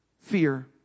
fear